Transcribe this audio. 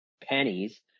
pennies